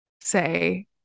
say